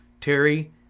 Terry